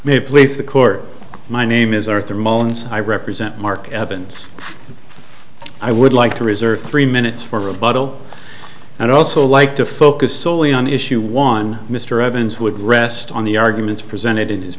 may please the court my name is arthur mones i represent mark evans i would like to reserve three minutes for rebuttal and also like to focus solely on issue one mr evans would rest on the arguments presented in his